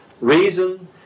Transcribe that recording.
Reason